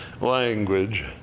language